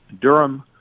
Durham